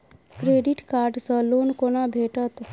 Credit card सँ loan कोना भेटत?